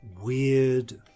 weird